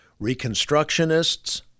reconstructionists